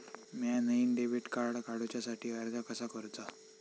म्या नईन debit card काडुच्या साठी अर्ज कसा करूचा?